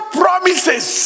promises